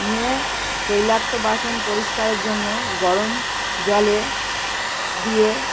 নিয়ে তৈলাক্ত বাসন পরিষ্কারের জন্য গরম জলে দিয়ে